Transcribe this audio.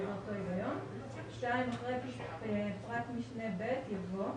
120,000". אחרי פרט (ב) יבוא: